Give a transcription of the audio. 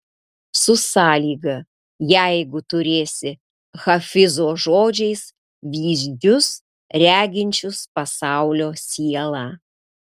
su sąlyga jeigu turėsi hafizo žodžiais vyzdžius reginčius pasaulio sielą